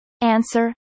Answer